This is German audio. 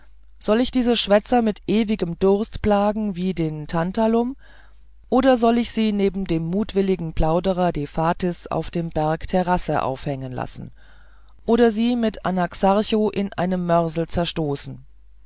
soll ich diese schwätzer mit ewigem durst plagen wie den tantalum oder soll ich sie neben dem mutwilligen plauderer daphitas auf dem berg therace aufhängen lassen oder sie mit anaxarcho in einem mörsel zerstoßen